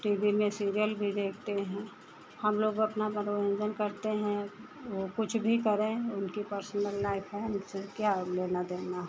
T V में serial भी देखते हैं हमलोग अपना मनोरन्जन करते हैं वह कुछ भी करें उनकी पर्सनल लाइफ़ है उनसे क्या लेना देना